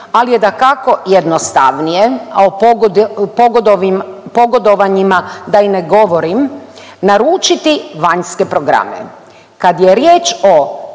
ali je dakako jednostavnije a o pogodovanjima da i ne govorim, naručiti vanjske programe. Kad je riječ o